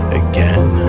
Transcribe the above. again